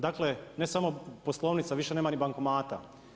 Dakle ne samo poslovnica, više nema ni bankomata.